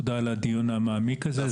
תודה על הדיון המעמיק הזה.